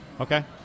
Okay